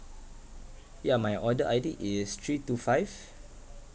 yeah my order I_D is three two five